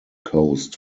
coast